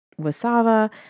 wasava